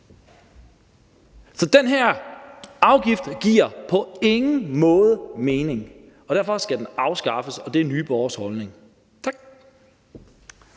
Så den her afgift giver på ingen måde mening, og derfor skal den afskaffes, og det er Nye Borgerliges holdning. Tak.